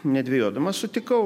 nedvejodamas sutikau